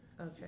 Okay